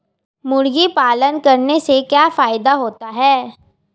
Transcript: मुर्गी पालन करने से क्या फायदा होता है?